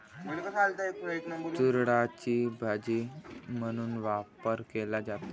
तूरडाळीचा भाजी म्हणून वापर केला जातो